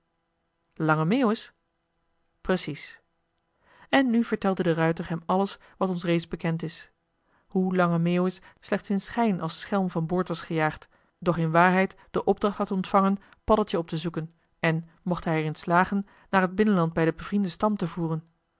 lange meeuwis precies en nu vertelde de ruijter hem alles wat ons reeds bekend is hoe lange meeuwis slechts in schijn als schelm van boord was gejaagd doch in waarheid de opdracht had ontvangen paddeltje op te zoeken en mocht hij er in slagen naar het binnenland bij den bevrienden stam te voeren